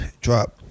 Drop